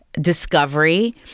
discovery